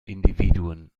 individuen